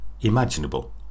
imaginable